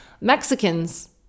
Mexicans